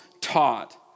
taught